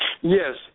Yes